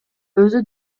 өзү